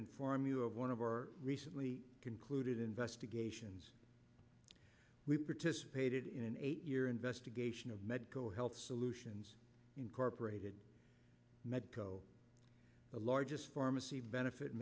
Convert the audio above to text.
inform you of one of our recently concluded investigations we participated in an eight year investigation of medco health solutions incorporated medco the largest pharmacy benefit